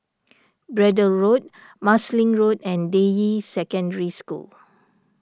Braddell Road Marsiling Road and Deyi Secondary School